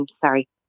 Sorry